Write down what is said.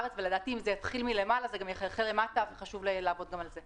רוצים להעביר את הפניות האלה ושגם אני באופן אישי אקבל את התשובות.